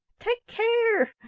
take care!